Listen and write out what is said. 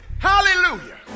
Hallelujah